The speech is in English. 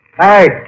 Hey